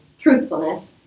truthfulness